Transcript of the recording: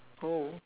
oh